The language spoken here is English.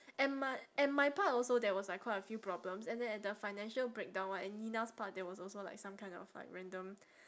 and my and my part also there was like quite a few problems and then at the financial breakdown [one] and nina's part there was also like kind of like random